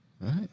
Right